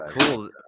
cool